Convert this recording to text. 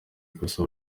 ikosa